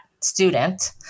student